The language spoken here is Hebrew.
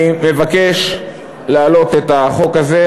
אני מבקש להעלות את החוק הזה.